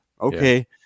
Okay